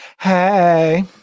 Hey